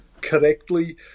correctly